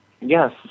yes